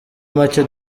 make